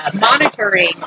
monitoring